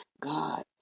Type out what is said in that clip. God